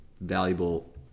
valuable